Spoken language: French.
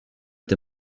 est